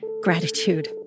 gratitude